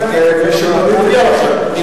מודיע לכם.